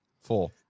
Four